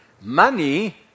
Money